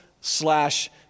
slash